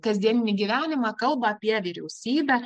kasdienį gyvenimą kalba apie vyriausybę